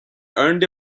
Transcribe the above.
earned